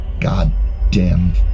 goddamn